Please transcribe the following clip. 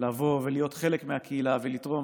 לבוא ולהיות חלק מהקהילה ולתרום,